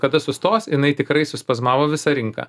kada sustos jinai tikrai suspazmavo visą rinką